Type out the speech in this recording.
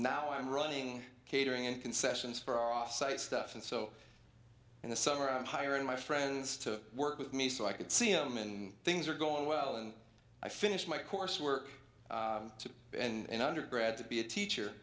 now i'm running catering and concessions for offsite stuff and so in the summer i'm hiring my friends to work with me so i can see i'm and things are going well and i finished my coursework to and undergrad to be a teacher